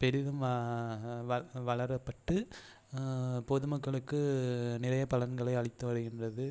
பெரிதும் வ வளரப்பட்டு பொது மக்களுக்கு நிறைய பலன்களை அளித்து வருகின்றது